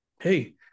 hey